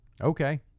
Okay